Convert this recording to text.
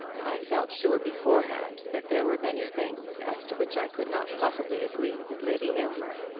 i felt sure beforehand that there were many things as to which i could not possibly agree with lady aylmer,